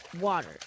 water